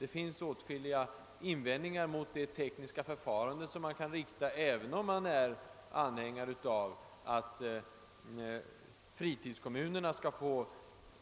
Det finns åtskilliga invändningar att rikta mot ett sådant tekniskt förfarande, även om man är anhängare av tanken att fritidskommunerna skall få en